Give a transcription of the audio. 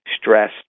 stress